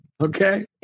Okay